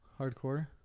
Hardcore